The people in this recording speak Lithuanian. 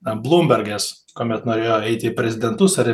blumberges kuomet norėjo eiti į prezidentus ar į